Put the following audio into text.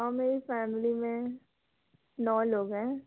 और मेरी फैमली में नौ लोग हैं